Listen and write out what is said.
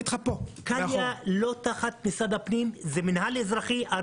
קליה לא תחת משרד הפנים, זה המנהל האזרחי.